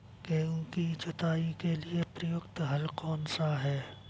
गेहूँ की जुताई के लिए प्रयुक्त हल कौनसा है?